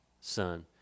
son